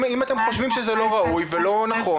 אם אתם חושבים שזה לא ראוי ולא נכון,